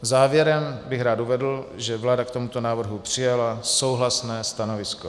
Závěrem bych rád uvedl, že vláda k tomuto návrhu přijala souhlasné stanovisko.